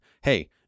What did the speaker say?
Hey